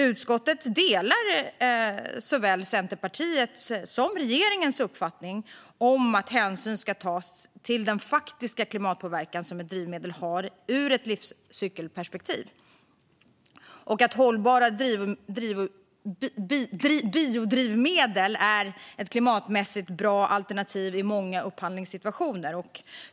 Utskottet delar Centerpartiets och regeringens uppfattning att hänsyn ska tas till den faktiska klimatpåverkan som ett drivmedel har ur ett livscykelperspektiv och att hållbara biodrivmedel är ett klimatmässigt bra alternativ i många upphandlingssituationer.